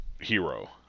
hero